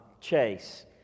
Chase